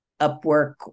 Upwork